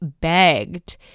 begged